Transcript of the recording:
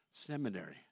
seminary